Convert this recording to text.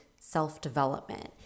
self-development